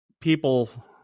People